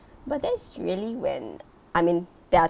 but that's really when I mean there are